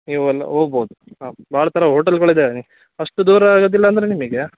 ನೀವು ಅಲ್ಲಿ ಹೋಗ್ಬೋದ್ ಹಾಂ ಭಾಳ ಥರ ಓಟಲ್ಗಳಿದ್ದಾವೆ ಅಷ್ಟು ದೂರ ಆಗೋದಿಲ್ಲ ಅಂದರೆ ನಿಮಗೆ